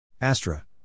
Astra